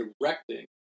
directing